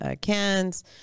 cans